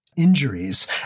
Injuries